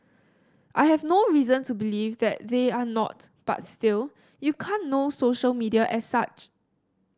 I have no reason to believe that they are not but still you can't know social media as such